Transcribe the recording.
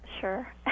Sure